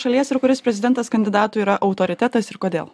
šalies ir kuris prezidentas kandidatų yra autoritetas ir kodėl